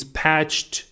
patched